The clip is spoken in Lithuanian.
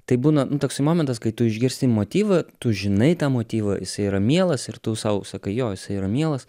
tai būna nu toksai momentas kai tu išgirsti motyvą tu žinai tą motyvą jisai yra mielas ir tu sau sakai jo isai yra mielas